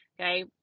Okay